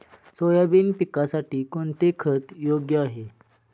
Soybean पिकासाठी कोणते खत योग्य आहे?